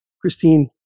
Christine